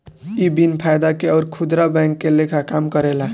इ बिन फायदा के अउर खुदरा बैंक के लेखा काम करेला